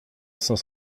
cinq